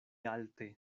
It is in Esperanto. alte